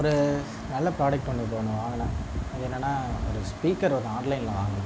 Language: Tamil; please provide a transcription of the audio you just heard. ஒரு நல்ல ப்ராடக்ட் ஒன்று இப்போ ஒன்று வாங்கினேன் அது என்னென்னா ஒரு ஸ்பீக்கர் ஒன்று ஆன்லைனில் வாங்கினேன்